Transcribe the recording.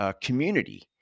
community